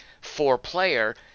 four-player